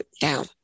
down